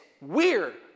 weird